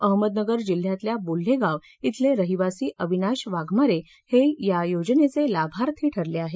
अहमदनगर जिल्ह्यातल्या बोल्हेगाव खिले रहिवासी आविनाश वाघमारे हे या योजनेचे लाभार्थी ठरले आहेत